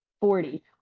forty